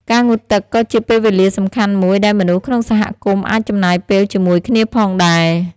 ការងូតទឹកក៏ជាពេលវេលាសំខាន់មួយដែលមនុស្សក្នុងសហគមន៍អាចចំណាយពេលជាមួយគ្នាផងដែរ។